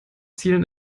zielen